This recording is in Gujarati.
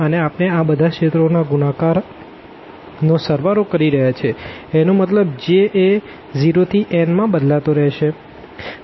અને આપણે આ બધા રિજિયનો ના ગુણાકાર નો સળવાળો કરી રહ્યા છે એનો મતલબ j એ 0 થી n માં બદલાતો રેહશે